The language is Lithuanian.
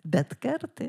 bet kartai